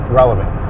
relevant